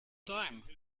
dime